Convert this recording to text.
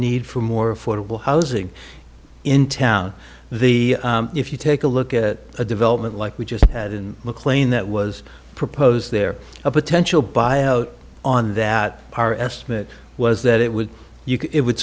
need for more affordable housing in town the if you take a look at a development like we just had in mclean that was proposed there a potential buyout on that par estimate was that it would you it would